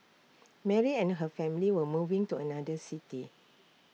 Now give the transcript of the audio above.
Mary and her family were moving to another city